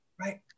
right